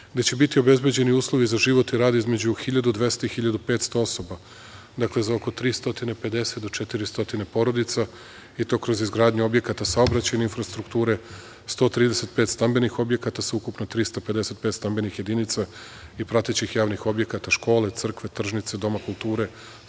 gde će biti obezbeđeni uslovi za život i rad između 1.200 i 1.500 osoba, dakle, za oko 350 do 400 porodica, i to kroz izgradnju objekata saobraćajne infrastrukture, 135 stambenih objekata sa ukupno 355 stambenih jedinica i pratećih javnih objekata, škole, crkve, tržnice, doma kulture,